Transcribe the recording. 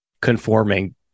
conforming